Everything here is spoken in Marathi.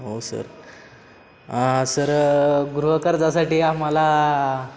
हो सर सर गृह कर्जासाठी आम्हाला